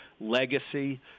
legacy